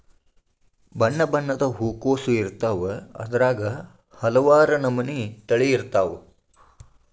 ಬಣ್ಣಬಣ್ಣದ ಹೂಕೋಸು ಇರ್ತಾವ ಅದ್ರಾಗ ಹಲವಾರ ನಮನಿ ತಳಿ ಇರ್ತಾವ